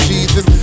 Jesus